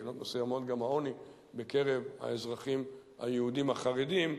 מבחינות מסוימות גם העוני בקרב האזרחים היהודים החרדים,